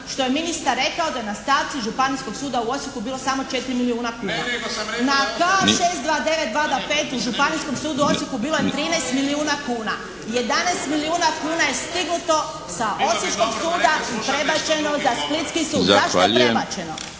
što je ministar rekao da je na stavci Županijskog suda u Osijeku bilo samo četiri milijuna kuna. …/Upadica se ne čuje./… Na K629225 u Županijskom sudu u Osijeku bilo je 13 milijuna kuna. 11 milijuna kuna je skinuto sa Osječkog suda i prebačeno za Splitski sud. Zašto je prebačeno?